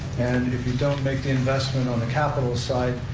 and if you don't make the investment on the capital side,